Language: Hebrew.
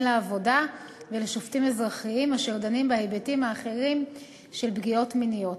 לעבודה ולשופטים אזרחיים אשר דנים בהיבטים האחרים של פגיעות מיניות.